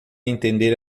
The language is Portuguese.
entender